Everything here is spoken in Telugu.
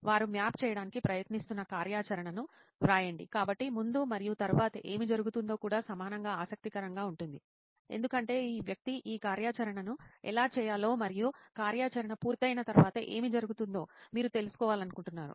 వారు మ్యాప్ చేయడానికి ప్రయత్నిస్తున్న కార్యాచరణను వ్రాయండి కాబట్టి ముందు మరియు తరువాత ఏమి జరుగుతుందో కూడా సమానంగా ఆసక్తికరంగా ఉంటుంది ఎందుకంటే ఈ వ్యక్తి ఈ కార్యాచరణను ఎలా చేయాలో మరియు కార్యాచరణ పూర్తయిన తర్వాత ఏమి జరుగుతుందో మీరు తెలుసుకోవాలనుకుంటున్నారు